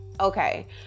okay